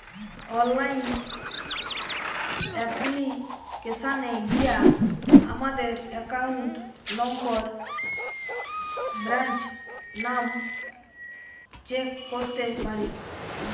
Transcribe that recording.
online অ্যাপ্লিকেশানে গিয়া আমাদের একাউন্ট নম্বর, ব্রাঞ্চ নাম চেক করতে পারি